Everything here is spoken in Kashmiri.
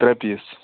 ترٛےٚ پیٖس